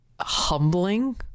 humbling